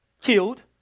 killed